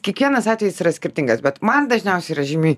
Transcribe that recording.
kiekvienas atvejis yra skirtingas bet man dažniausiai yra žymiai